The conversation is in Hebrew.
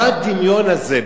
מה הדמיון הזה?